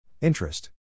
Interest